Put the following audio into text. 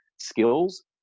skills